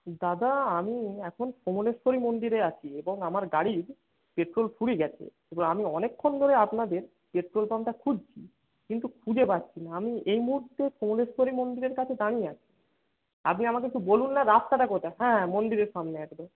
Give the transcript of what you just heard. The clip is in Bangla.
দাদা আমি এখন কমলেশ্বরী মন্দিরে আছি এবং আমার গাড়ির পেট্রল ফুরিয়ে গেছে এবার আমি অনেক্ষণ ধরে আপনাদের পেট্রল পাম্পটা খুঁজছি কিন্তু খুঁজে পাচ্ছি না আমি এই মুহুর্তে কমলেশ্বরী মন্দিরের কাছে দাঁড়িয়ে আছি আপনি আমাকে একটু বলুন না রাস্তাটা কোথায় হ্যাঁ মন্দিরের সামনে একদম